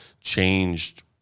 changed